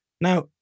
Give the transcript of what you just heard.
Now